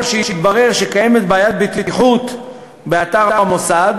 שיתברר שקיימת בעיית בטיחות באתר המוסד,